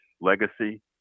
legacy